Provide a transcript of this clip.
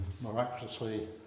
miraculously